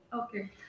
Okay